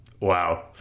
wow